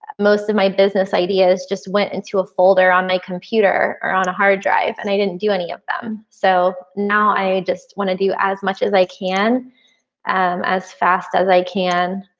most of my business ideas just went into a folder on my computer. or on a hard drive and i didn't do any of them. so now i just want to do as much as i can um as fast as i can.